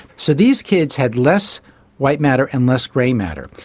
so these kids had less white matter and less grey matter.